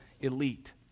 elite